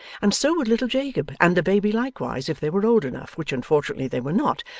and so would little jacob and the baby likewise if they were old enough, which unfortunately they were not,